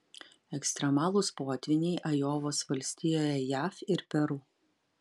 ekstremalūs potvyniai ajovos valstijoje jav ir peru